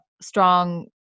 strong